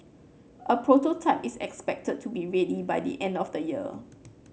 a prototype is expected to be ready by the end of the year